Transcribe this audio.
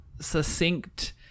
succinct